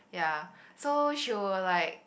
ya so she will like